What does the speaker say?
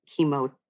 chemo